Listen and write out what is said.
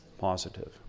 positive